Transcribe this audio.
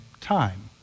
time